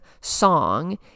song